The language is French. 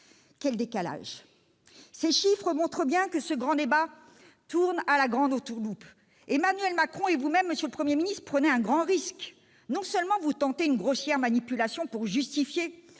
Quel décalage ! Ces chiffres montrent bien que ce grand débat tourne à la grande entourloupe. Très bien ! Emmanuel Macron et vous-même prenez un grand risque. Non seulement vous tentez une grossière manipulation pour justifier